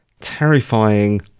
terrifying